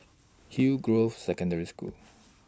Hillgrove Secondary School